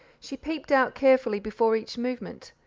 she peeped out carefully before each movement.